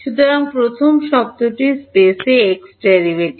সুতরাং প্রথম শব্দটি স্পেসে এক্স ডেরাইভেটিভ